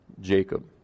Jacob